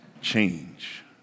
change